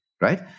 right